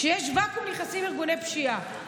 כשיש ואקום, נכנסים ארגוני פשיעה.